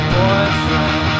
boyfriend